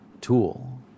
tool